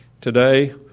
Today